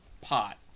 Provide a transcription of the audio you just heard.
pot